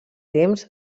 temps